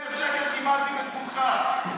28,000 שקל קיבלתי בזכותך.